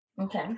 Okay